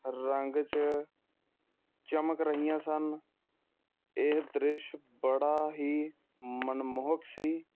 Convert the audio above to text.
ਰੰਗ 'ਚ ਚਮਕ ਰਹੀਆਂ ਸਨ ਇਹ ਦ੍ਰਿਸ਼ ਬੜਾ ਹੀ ਮਨਮੋਹਕ ਸੀ